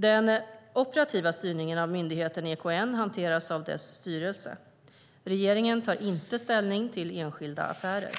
Den operativa styrningen av myndigheten EKN hanteras av dess styrelse. Regeringen tar inte ställning till enskilda affärer.